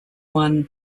one